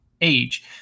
age